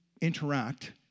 interact